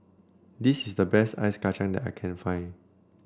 this is the best Ice Kachang that I can find